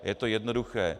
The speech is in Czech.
Je to jednoduché.